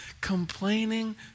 Complaining